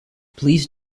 please